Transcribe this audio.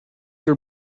your